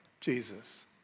Jesus